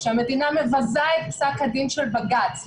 כשהמדינה מבזה את פסק הדין של בג"צ,